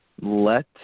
let